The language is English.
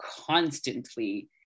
constantly